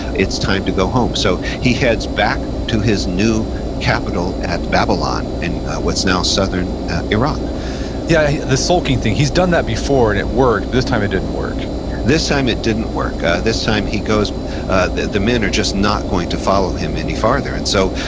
it's time to go home. so, he heads back to his new capital at babylon, in what's now southern iraq yeah, the sulking thing, he's done that before and it worked. this time, it didn't work this time, it didn't work. this time, ah the the men are just not going to follow him any farther. and so,